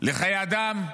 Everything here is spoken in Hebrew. לחיי אדם,